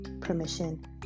permission